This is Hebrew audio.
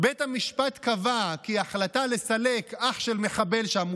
בית המשפט קבע כי ההחלטה לסלק אח של מחבל שם,